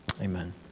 amen